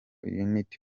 unity